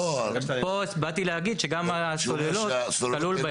באתי להגיד שגם הסוללות כלולות בהם.